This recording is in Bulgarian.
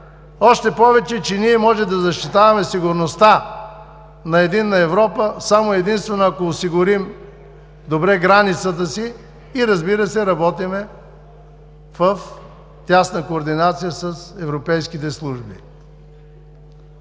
още повече че ние може да защитаваме сигурността на единна Европа само и единствено ако осигурим добре границата си и, разбира се, работим в тясна координация с европейските служби.